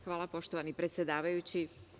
Hvala poštovani predsedavajući.